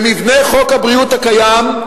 במבנה חוק הבריאות הקיים,